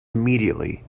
immediately